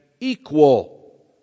equal